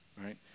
right